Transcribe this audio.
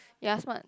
you are smart